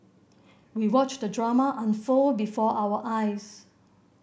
we watched the drama unfold before our eyes